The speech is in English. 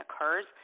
occurs